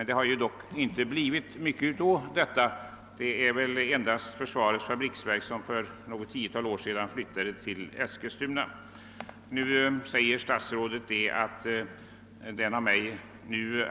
Det är dock inte många som har flyttat ut från Stockholm; det är väl endast försvarets fabriksverk som har gjort det — det flyttade för något tiotal år sedan till Eskilstuna.